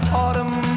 autumn